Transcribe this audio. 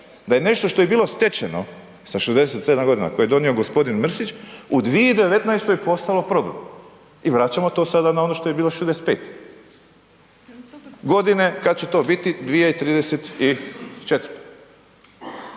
da je nešto što je bilo stečeno sa 67 g. koje je donio g. Mrsić, u 2019. postalo problem i vraćamo to sada na ono što je bilo 65 godina, kad će to biti, 2034.